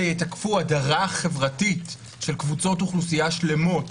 יתקפו הדרה חברתית של קבוצות אוכלוסייה שלמות